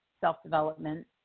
self-development